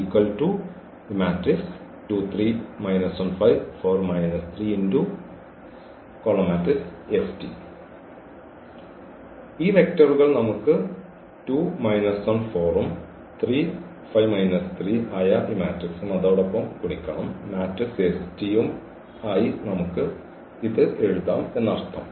ഈ വെക്റ്ററുകൾ നമുക്ക് 2 1 4 ഉം 3 5 3 ആയ ഈ മാട്രിക്സ്ഉം അതോടൊപ്പം ഗുണിക്കണം മാട്രിക്സ് s t യും ആയി നമുക്ക് ഇത് എഴുതാം എന്നർത്ഥം